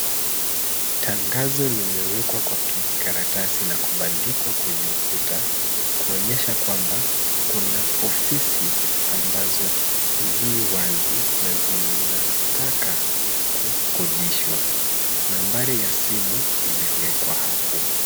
Tangazo limewekwa kwa kijikaratasai na kubandikwa kwenye ukuta, kuonyesha kwamba kuna ofisi ambazo zi wazi na zinataka kukodishwa. Nambari ya simu imewekwa hapo.